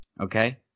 Okay